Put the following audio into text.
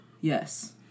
Yes